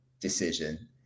decision